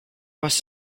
was